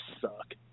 suck